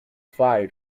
fired